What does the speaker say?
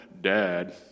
dad